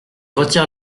retire